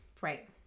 Right